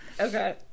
Okay